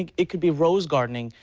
like it can be rose gardening,